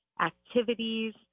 activities